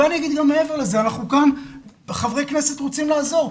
ואני אגיד גם מעבר לזה, חברי כנסת רוצים לעזור.